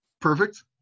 Perfect